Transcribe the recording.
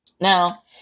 Now